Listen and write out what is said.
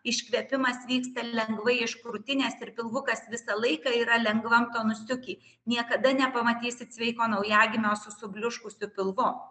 iškvėpimas vyksta lengvai iš krūtinės ir pilvukas visą laiką yra lengvam tonusiuki niekada nepamatysit sveiko naujagimio su subliuškusiu pilvu